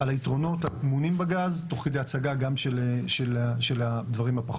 על היתרונות הטמונים בגז תוך כדי הצגה גם של הדברים הפחות